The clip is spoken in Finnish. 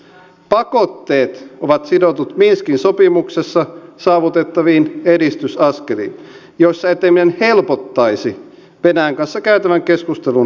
pakotteet ovat sidotut minskin sopimuksessa saavutettaviin edistysaskeliin joissa eteneminen helpottaisi venäjän kanssa käytävän keskustelun edellytyksiä